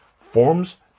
forms